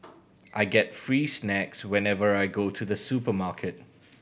I get free snacks whenever I go to the supermarket